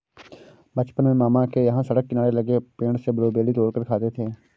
बचपन में मामा के यहां सड़क किनारे लगे पेड़ से ब्लूबेरी तोड़ कर खाते थे